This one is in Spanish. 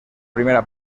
primera